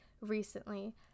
recently